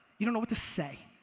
you don't know what to say.